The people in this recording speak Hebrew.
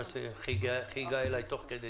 אציג את התקנה הבאה שנכללה בנוסח שהופץ